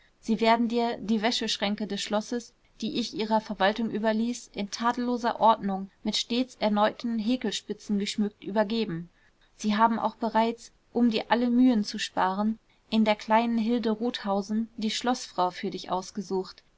sie werden dir die wäscheschränke des schlosses die ich ihrer verwaltung überließ in tadelloser ordnung mit stets erneuten häkelspitzen geschmückt übergeben sie haben auch bereits um dir alle mühe zu sparen in der kleinen hilde rothausen die schloßfrau für dich ausgesucht